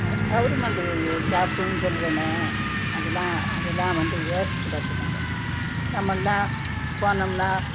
government ஜாப்புனு சொல்லுதனே அதெலாம் அதெலாம் வந்து வேஸ்ட் பார்த்துக்கோங்க நாம்மெல்லாம் போனோம்னால்